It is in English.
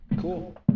Cool